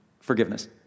forgiveness